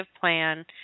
plan